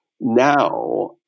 Now